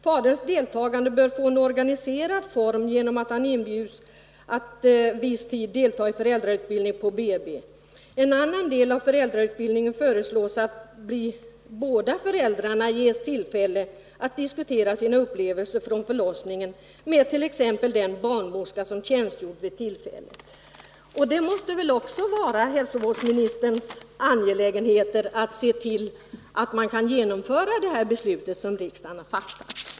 Faderns deltagande bör få en organiserad form genom att han inbjuds att viss tid delta i föräldrautbildningen på BB. I en annan del av föräldrautbildningen föreslås att båda föräldrarna ges tillfälle att diskutera sina upplevelser från förlossningen med t.ex. den barnmorska som tjänstgjort vid tillfället. Det måste väl också höra till hälsovårdsministerns angelägenheter att se till att man kan genomföra det här beslutet som riksdagen har fattat.